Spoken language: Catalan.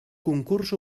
concurs